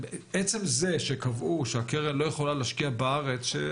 עצם זה שקבעו שהקרן לא יכולה להשקיע בארץ,